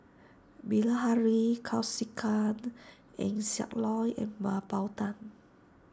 Bilahari Kausikan Eng Siak Loy and Mah Bow Tan